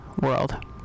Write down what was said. world